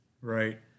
Right